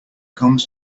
comes